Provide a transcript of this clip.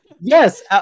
yes